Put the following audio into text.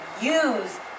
use